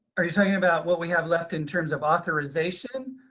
are you talking about what we have left in terms of authorization?